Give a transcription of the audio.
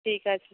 ঠিক আছে